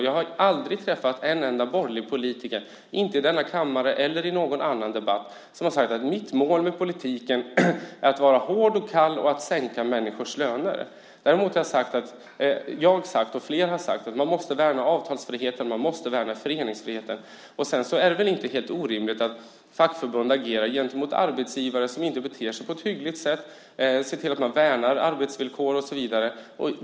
Jag har aldrig träffat en enda borgerlig politiker, inte i denna kammare eller i någon annan debatt, som har sagt: Mitt mål med politiken är att vara hård och kall och sänka människors löner. Däremot har jag och flera sagt att man måste värna avtalsfriheten och att man måste värna föreningsfriheten. Det är väl inte helt orimligt att fackförbunden agerar gentemot arbetsgivare som inte beter sig på ett hyggligt sätt och ser till att man värnar arbetsvillkor och så vidare.